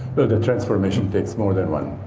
the transformation takes more than one